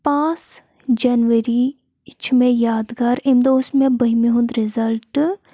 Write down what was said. پانٛژھ جنؤری چھُ مےٚ یاد گار اَمہِ دۄہ اوس مےٚ بٔہمہِ ہُنٛد رِزلٹ